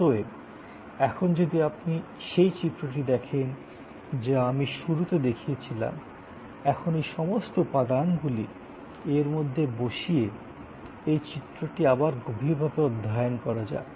অতএব এখন যদি আপনি সেই চিত্রটি দেখেন যা আমি শুরুতে দেখিয়েছিলাম এখন এই সমস্ত উপাদানগুলি এর মধ্যে বসিয়ে এই চিত্রটি আবার গভীরভাবে অধ্যয়ন করা যাক